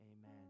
Amen